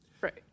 Right